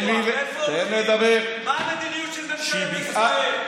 מה המדיניות של ממשלת ישראל?